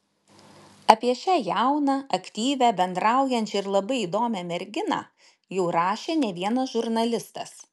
apie šią jauną aktyvią bendraujančią ir labai įdomią merginą jau rašė ne vienas žurnalistas